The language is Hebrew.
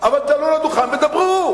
אבל תעלו לדוכן ותדברו.